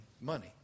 money